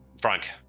Frank